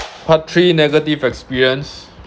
part three negative experience